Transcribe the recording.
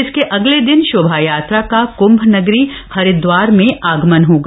इसके अगले दिन शोभा यात्रा का क्म्भ नगरी हरिदवार में आगमन होगा